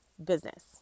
Business